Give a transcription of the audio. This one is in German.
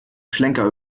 schlenker